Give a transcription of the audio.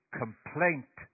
complaint